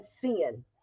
sin